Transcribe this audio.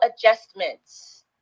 adjustments